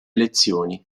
elezioni